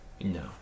No